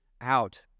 out